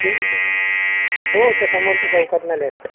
ठीक आहे हो त्या समोरच्या चौकातून लेफ्ट